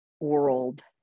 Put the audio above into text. world